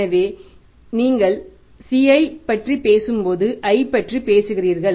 எனவே நீங்கள் C ஐப் பற்றி பேசும்போது i பற்றி பேசுகிறீர்கள்